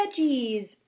veggies